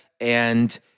And-